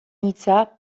hitza